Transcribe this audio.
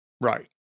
Right